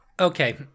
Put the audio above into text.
Okay